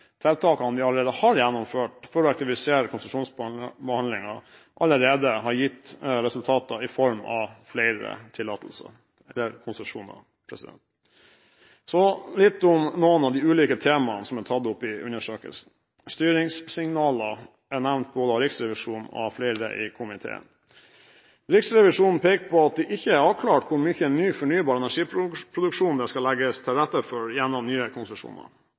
tiltakene vi allerede har gjennomført for å effektivisere konsesjonsbehandlingen, har gitt resultater i form av flere konsesjoner. Så vil jeg si litt om noen av de ulike temaene som er tatt opp i undersøkelsen. Styringssignaler er nevnt av Riksrevisjonen og av flere i komiteen. Riksrevisjonen peker på at det ikke er avklart hvor mye ny fornybar energiproduksjon det skal legges til rette for gjennom nye konsesjoner.